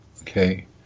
okay